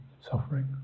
suffering